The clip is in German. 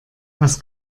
was